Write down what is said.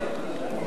מצרים,